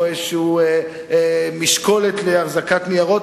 או איזושהי משקולת להחזקת ניירות,